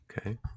Okay